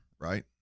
right